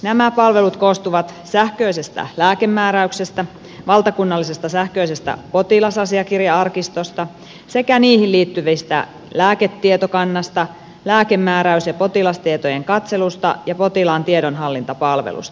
nämä palvelut koostuvat sähköisestä lääkemääräyksestä valtakunnallisesta sähköisestä potilasasiakirja arkistosta sekä niihin liittyvistä lääketietokannasta lääkemääräys ja potilastietojen katselusta ja potilaan tiedonhallintapalvelusta